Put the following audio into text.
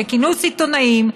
בכינוס עיתונאים,